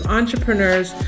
entrepreneurs